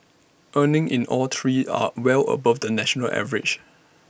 earnings in all three are well above the national average